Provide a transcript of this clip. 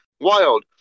wild